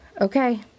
Okay